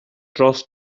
dros